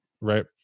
right